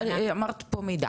אמרת פה מידע,